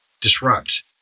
disrupt